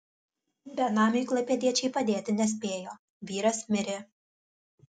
benamiui klaipėdiečiai padėti nespėjo vyras mirė